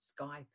Skype